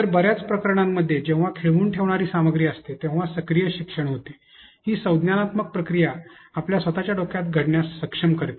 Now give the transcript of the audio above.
तर बर्याच प्रकरणांमध्ये जेव्हा खिळवून ठेवणारी सामग्री असते तेव्हा सक्रिय शिक्षण होते ही संज्ञानात्मक प्रक्रिया आपल्या स्वतच्या डोक्यात घडण्यास सक्षम करते